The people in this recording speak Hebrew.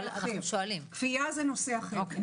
כפייה זה נושא אחר.